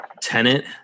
Tenant